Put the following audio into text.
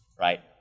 right